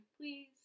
Please